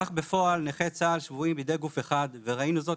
כך בפועל נכי צה"ל שבויים בידי גוף אחד וראינו זאת,